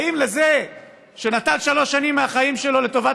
האם לזה שנתן שלוש שנים מהחיים שלו לטובת